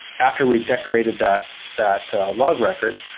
after we decorated that that log record,